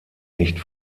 nicht